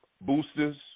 boosters